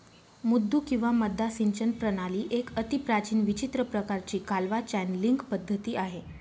मुद्दू किंवा मद्दा सिंचन प्रणाली एक अतिप्राचीन विचित्र प्रकाराची कालवा चॅनलींग पद्धती आहे